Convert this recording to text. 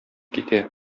китә